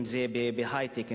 אם בהיי-טק,